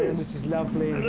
this is lovely.